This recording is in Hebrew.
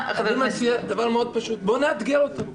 דבר פשוט, בואו נאתגר אותם.